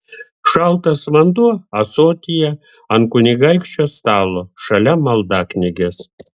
šaltas vanduo ąsotyje ant kunigaikščio stalo šalia maldaknygės